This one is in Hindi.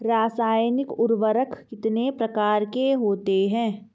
रासायनिक उर्वरक कितने प्रकार के होते हैं?